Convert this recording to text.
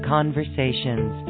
Conversations